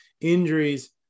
injuries